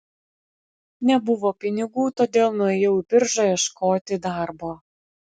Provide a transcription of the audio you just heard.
nebuvo pinigų todėl nuėjau į biržą ieškoti darbo